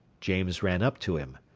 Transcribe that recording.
james ran up to him.